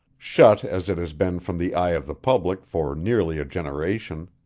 shut as it has been from the eye of the public for nearly a generation.